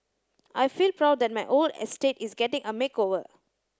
I feel proud that my old estate is getting a makeover